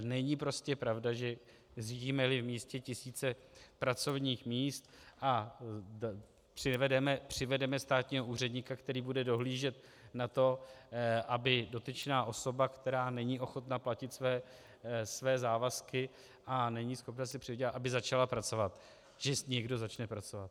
Není prostě pravda, že zřídímeli v místě tisíce pracovních míst a přivedeme státního úředníka, který bude dohlížet na to, aby dotyčná osoba, která není ochotna plnit své závazky a není schopna si přivydělat, aby začala pracovat, že někdo začne pracovat.